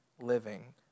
living